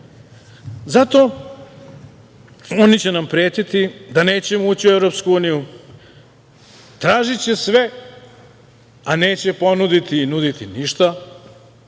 oni će nam pretiti da nećemo ući u EU, tražiće sve a neće ponuditi ništa,